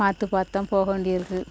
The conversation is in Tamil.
பார்த்து பார்த்து தான் போக வேண்டியிருக்குது